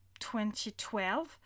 2012